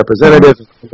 representative